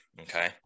Okay